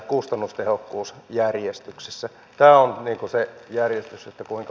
tämä on se järjestys kuinka mennään